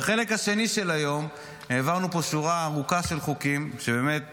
בחלק השני של היום העברנו פה שורה ארוכה של חוקים באמת חשובים,